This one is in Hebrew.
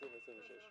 20 ו-26.